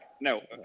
No